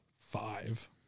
five